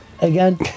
again